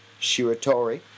Shiratori